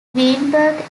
weinberg